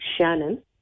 Shannon